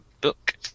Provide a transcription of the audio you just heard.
book